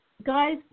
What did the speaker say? Guys